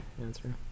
answer